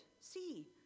See